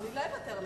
אני לא אוותר לך.